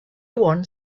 one